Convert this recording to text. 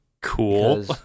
Cool